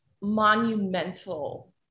monumental